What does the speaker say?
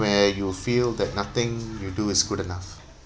where you feel that nothing you do is good enough